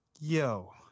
Yo